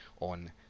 on